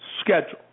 schedule